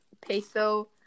Peso